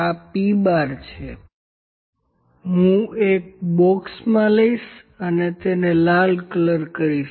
આ P¯ છે હું ફક્ત એક બોક્સમાં લઈશ અને તેને લાલ કલર કરીશ